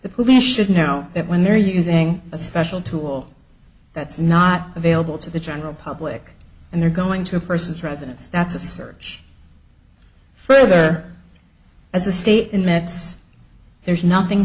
police should know that when they're using a special tool that's not available to the general public and they're going to a person's residence that's a search further as a state and that's there's nothing